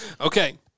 Okay